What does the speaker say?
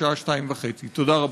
בשעה 14:30. תודה רבה.